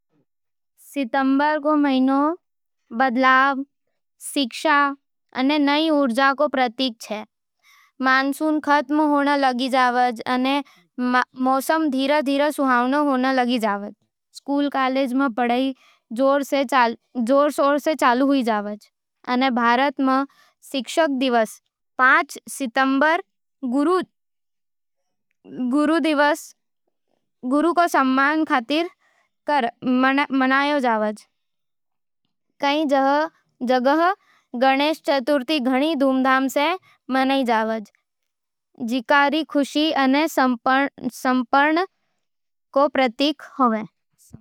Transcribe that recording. सितंबर रो महीनो बदलाव, शिक्षा अने नई ऊर्जा रो प्रतीक छे। मानसून खत्म होण लागे, अने मौसम धीरे-धीरे सुहावनो छे। स्कूल-कॉलेजां में पढ़ाई जोरों सै चालू होवे, अने भारत में शिक्षक दिवस पाँच सितंबर गुरुजनां रो सम्मान करज। कई जगह गणेश चतुर्थी घणी धूमधाम सै मनावै, जिकरो खुशी अने समर्पण रो प्रतीक होवे। खेती-बाड़ी में नई फसल पकण लागे, अने व्यापार-अर्थव्यवस्था में भी तेजी आवे। सितंबर महीनो मेहनत, समर्पण अने त्यौहारां रो संगम होवज।